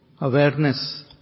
awareness